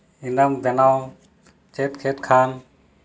ᱤᱱᱟᱹᱢ ᱵᱮᱱᱟᱣ ᱪᱮᱫ ᱠᱮᱫ ᱠᱷᱟᱱ